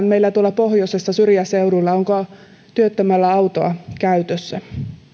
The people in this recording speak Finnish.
meillä tuolla pohjoisessa syrjäseudulla jopa pelkästään se onko työttömällä autoa käytössä